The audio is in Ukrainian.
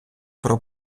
про